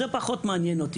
זה פחות מעניין אותי.